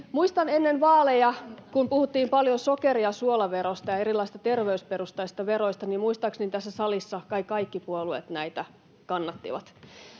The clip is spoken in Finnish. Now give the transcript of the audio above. kun ennen vaaleja puhuttiin paljon sokeri- ja suolaverosta ja erilaisista terveysperustaisista veroista, niin muistaakseni tässä salissa kai kaikki puolueet näitä kannattivat.